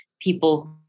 people